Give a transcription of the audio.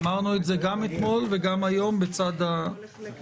אמרנו את זה גם אתמול וגם היום בצד הביקורת.